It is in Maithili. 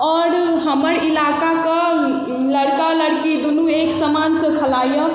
आओर हमर इलाकाके लड़का लड़की दुनू एक समानसँ खेलाइ यऽ